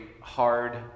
hard